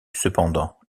cependant